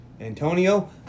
Antonio